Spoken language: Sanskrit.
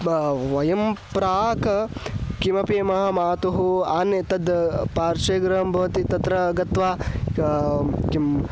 वयं प्राक् किमपि मम मातुः आनीय तत् पार्श्वे गृहं भवति तत्र गत्वा किं